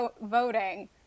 voting